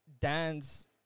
dance